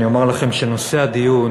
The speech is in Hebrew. אני אומר לכם שנושא הדיון